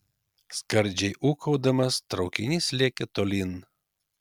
skardžiai ūkaudamas traukinys lėkė tolyn